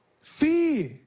fear